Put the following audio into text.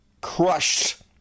crushed